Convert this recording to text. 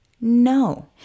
No